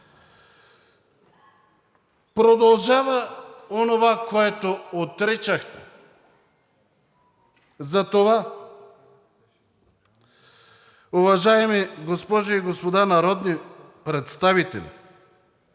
Продължава онова, което отричахте. Затова, уважаеми госпожи и господа народни представители,